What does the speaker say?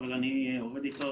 אבל אני עובד איתו,